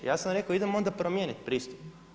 Ja sam rekao, idemo onda promijeniti pristup.